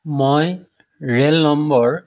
মই rail number